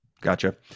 Gotcha